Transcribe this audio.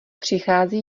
přichází